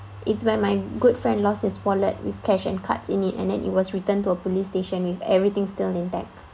it's when my good friend lost his wallet with cash and cards in it and then it was returned to a police station with everything still intact